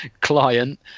client